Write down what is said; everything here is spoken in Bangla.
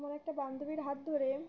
আমি একটা বান্ধবীর হাত ধরে